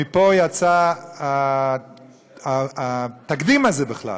מפה יצא התקדים הזה בכלל,